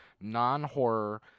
non-horror